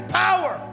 power